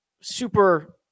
Super